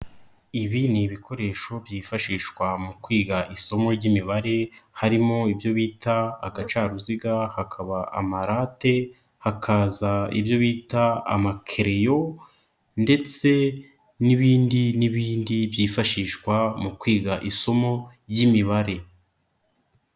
Ibi ni ibikoresho byifashishwa mu kwiga isomo ry'imibare, harimo ibyo bita agacaruziga, hakaba amarate, hakaza ibyo bita amakereyo ndetse n'ibindi n'ibindi byifashishwa mu kwiga isomo ry'imibare.